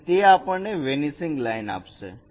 અને તે આપણને વેનીસિંગ લાઈન આપશે